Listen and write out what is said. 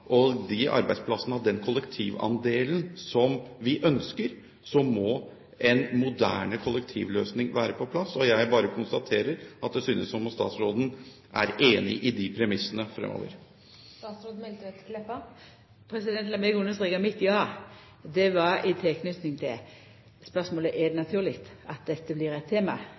de arbeidsplassene ha den kollektivandelen vi ønsker, må en moderne kollektivløsning være på plass. Jeg bare konstaterer at det synes som om statsråden er enig i de premissene fremover. Lat meg understreka at mitt ja var i tilknyting til spørsmålet om det er naturleg at dette blir eit tema